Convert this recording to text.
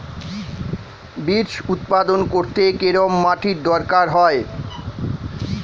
Beets উৎপাদন করতে কেরম মাটির দরকার হয়?